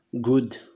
good